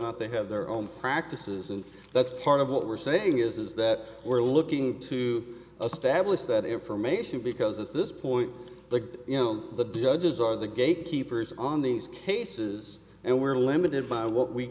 not they have their own practices and that's part of what we're saying is that we're looking to establish that information because at this point the you know the judges are the gatekeepers on these cases and we're limited by what we